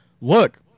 look